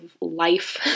life